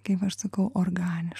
kaip aš sakau organiškai